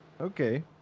Okay